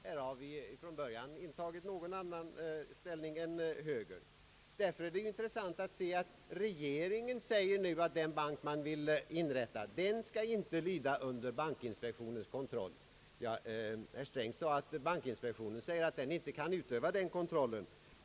Här har vi från början intagit en något annan ställning än högern. Därför är det intressant att höra att regeringen nu säger att den bank som man vill inrätta inte skall lyda under bankinspektionens kontroll. Herr Sträng framhöll att bankinspektionen har sagt sig inte kunna utöva denna kontroll.